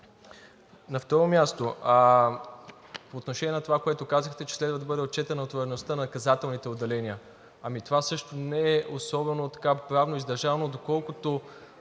На второ място, по отношение на това, което казахте, че следва да бъде отчетена натовареността на наказателните отделения. Това също не е особено правно издържано, доколкото